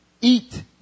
Eat